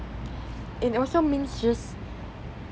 it also means just